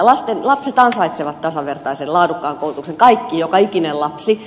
lapset ansaitsevat tasavertaisen laadukkaan koulutuksen kaikki joka ikinen lapsi